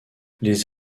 les